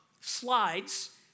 slides